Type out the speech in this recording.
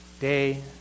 day